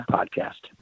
Podcast